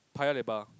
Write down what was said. Paya-Lebar